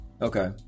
Okay